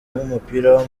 w’umupira